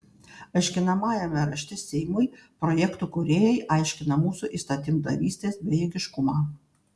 aiškinamajame rašte seimui projekto kūrėjai aiškina mūsų įstatymdavystės bejėgiškumą